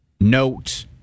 Note